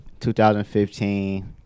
2015